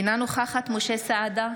אינה נוכחת משה סעדה,